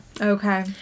Okay